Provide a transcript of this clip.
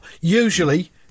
usually